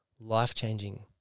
life-changing